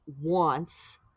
wants